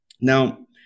Now